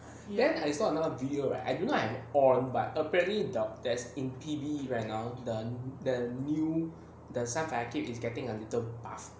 then I saw another video right I don't like on but apparently the there's in television right now the the new the side character is getting a little buff